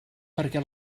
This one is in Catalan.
perquè